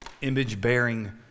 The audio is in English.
image-bearing